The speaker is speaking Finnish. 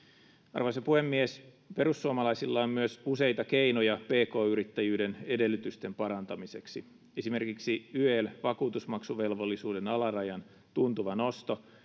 arvoisa puhemies perussuomalaisilla on myös useita keinoja pk yrittäjyyden edellytysten parantamiseksi esimerkiksi yel vakuutusmaksuvelvollisuuden alarajan tuntuva nosto